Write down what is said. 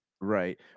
Right